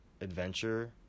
adventure